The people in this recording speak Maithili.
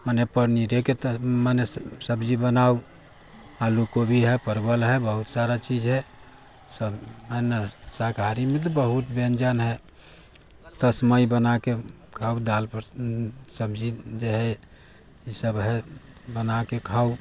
मने पनीरेके तऽ मने सब्जी बनाउ आलू कोबी हइ परबल हइ बहुत सारा चीज हइ सब है ने शाकाहारीमे तऽ बहुत व्यञ्जन हइ तस्मै बनाके खाउ दालि पर सब्जी जे हइ ई सब हइ बनाके खाउ